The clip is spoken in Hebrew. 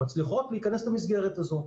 מצליחות להיכנס למסגרת הזו.